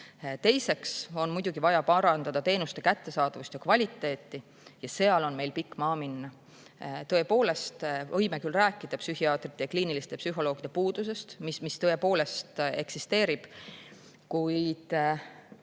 Teiseks on vaja parandada teenuste kättesaadavust ja kvaliteeti. Seal on meil pikk maa minna. Tõepoolest, võime küll rääkida psühhiaatrite ja kliiniliste psühholoogide puudusest, mis tõesti eksisteerib, kuid